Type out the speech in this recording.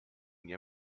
nie